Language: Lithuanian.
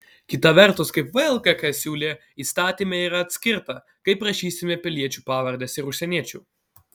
kita vertus kaip vlkk siūlė įstatyme yra atskirta kaip rašysime piliečių pavardes ir užsieniečių